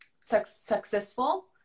successful